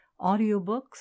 audiobooks